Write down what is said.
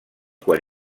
quan